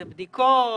זה בדיקות?